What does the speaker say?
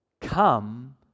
Come